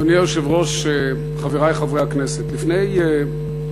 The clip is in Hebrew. אדוני היושב-ראש, חברי חברי הכנסת, לפני כשנה,